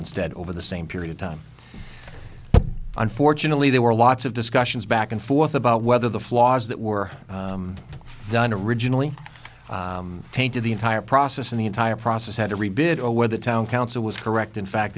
instead over the same period of time unfortunately there were lots of discussions back and forth about whether the flaws that were done regionally tainted the entire process and the entire process had a rebid or where the town council was correct in fact